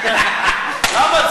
למה?